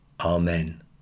Amen